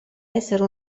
essere